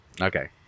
Okay